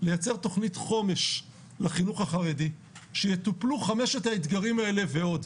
לייצר תוכנית חומש לחינוך החרדי שיטופלו חמשת האתגרים האלה ועוד,